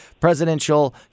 presidential